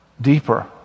deeper